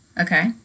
Okay